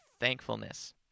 thankfulness